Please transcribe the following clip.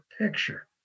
picture